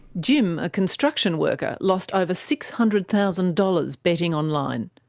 jim, a construction worker, lost over six hundred thousand dollars betting online.